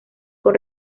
con